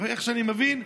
ואיך שאני מבין,